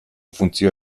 funtzioa